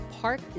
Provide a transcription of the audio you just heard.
Park